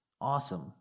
Awesome